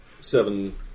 seven